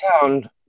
town